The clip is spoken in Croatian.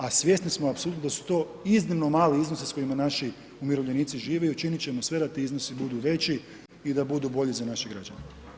A svjesni smo apsolutno da su to iznimno mali iznosi s kojima naši umirovljenici žive i učinit ćemo sve da ti iznosi budu veći i da budu bolji za naše građane.